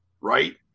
right